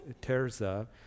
Terza